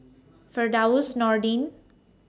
Firdaus Nordin